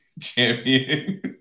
champion